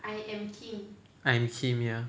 I am kim ya